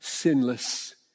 sinless